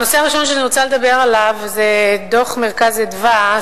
הנושא הראשון שאני רוצה לדבר עליו זה דוח "מרכז אדוה"